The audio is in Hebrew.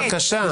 בבקשה.